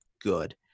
good